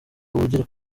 ubugira